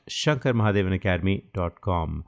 shankarmahadevanacademy.com